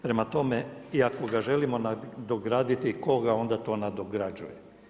Prema tome i ako ga želimo nadograditi, koga onda to nadograđuje.